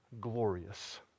glorious